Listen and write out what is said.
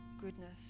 goodness